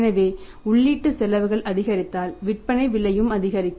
எனவே உள்ளீட்டு செலவுகள் அதிகரித்தால் விற்பனை விலையும் அதிகரிக்கு